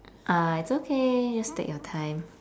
uh it's okay just take your time